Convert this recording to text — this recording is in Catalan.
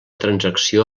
transacció